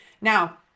Now